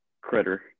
critter